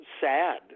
sad